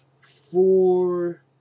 four